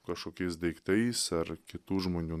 kašokiais daiktais ar kitų žmonių